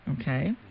okay